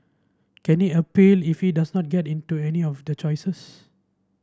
can he appeal if he does not get into any of the choices